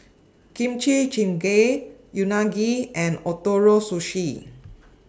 Kimchi Jjigae Unagi and Ootoro Sushi